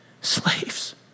slaves